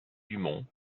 dumont